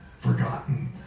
forgotten